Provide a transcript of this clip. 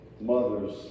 Mother's